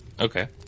Okay